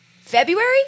February